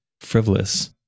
frivolous